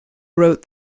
wrote